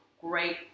great